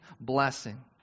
blessing